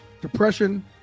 Depression